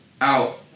out